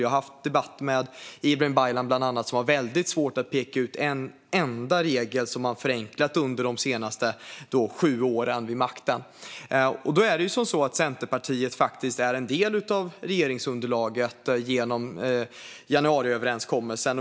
Jag har haft debatter med bland andra Ibrahim Baylan, som har haft väldigt svårt att peka ut en enda regel som regeringen har förenklat under de senaste sju åren, då man har haft makten. Centerpartiet är en del av regeringsunderlaget genom januariöverenskommelsen.